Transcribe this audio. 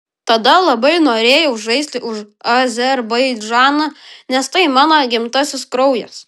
tada labai norėjau žaisti už azerbaidžaną nes tai mano gimtasis kraujas